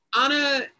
Anna